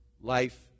life